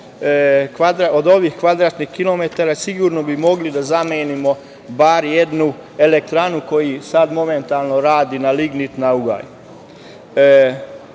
od ovih kvadratnih kilometara sigurno bi mogli da zamenimo bar jednu elektranu koja sada momentalno radi na lignit, na ugalj.